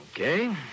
Okay